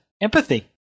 empathy